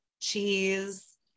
cheese